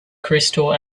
crystal